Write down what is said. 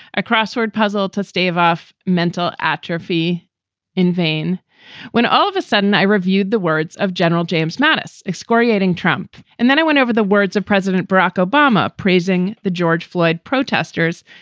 a crossword puzzle to stave off mental atrophy in vain when all of a sudden i reviewed the words of gen. james mattis excoriating trump. and then i went over the words of president barack obama praising the george floyd protesters.